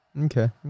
Okay